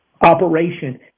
operation